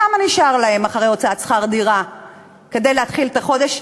כמה נשאר להם אחרי הוצאת שכר דירה כדי להתחיל את החודש?